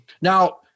Now